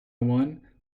one